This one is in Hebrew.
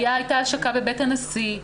הייתה השקה בבית הנשיא.